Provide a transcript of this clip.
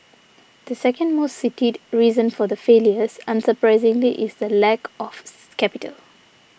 the second most cited reason for their failures unsurprisingly is the lack of capital